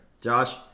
Josh